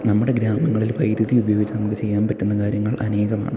നമ്മുടെ ഗ്രാമങ്ങളിൽ വൈദ്യുതി ഉപയോഗിച്ച് നമുക്ക് ചെയ്യാൻ പറ്റുന്ന കാര്യങ്ങൾ അനേകമാണ്